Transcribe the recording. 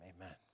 amen